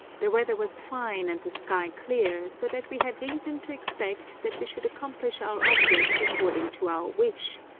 the weather was fine and the sky clear, so that we had reason to expect that we should accomplish our object according to our wish,